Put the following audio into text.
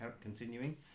continuing